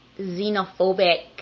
xenophobic